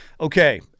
Okay